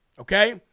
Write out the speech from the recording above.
Okay